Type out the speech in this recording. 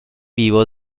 vivo